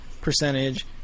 percentage